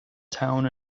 town